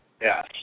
Yes